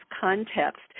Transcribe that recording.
context